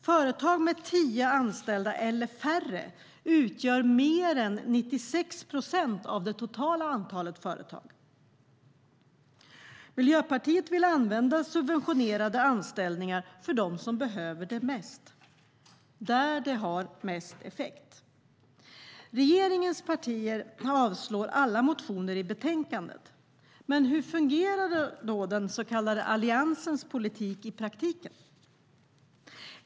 Företag med tio anställda eller färre utgör mer än 96 procent av det totala antalet företag. Miljöpartiet vill använda subventionerade anställningar för dem som behöver det mest - där det har mest effekt. Regeringens partier avslår alla motioner i betänkandet. Men hur fungerar då den så kallade Alliansens politik i praktiken?